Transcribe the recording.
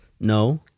No